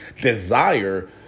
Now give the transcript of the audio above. desire